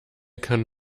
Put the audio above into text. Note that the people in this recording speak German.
kann